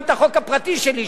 גם את החוק הפרטי שלי,